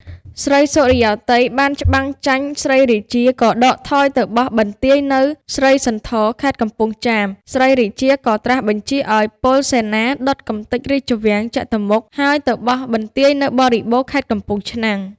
ស្រីសុរិយោទ័យ បានច្បាំងចាញ់ ស្រីរាជា ក៏ដកថយទៅបោះបន្ទាយនៅស្រីសន្ធរ ខេត្តកំពង់ចាម ស្រីរាជាក៏ត្រាសបញ្ជារឱ្យពលសេនាដុតកំទេចរាជវាំងចតុមុខ ហើយទៅបោះបន្ទាយនៅបរិបូរណ៍ ខេត្តកំពង់ឆ្នាំង។